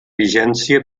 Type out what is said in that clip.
vigència